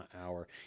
hour